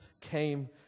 came